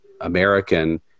American